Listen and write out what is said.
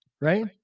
Right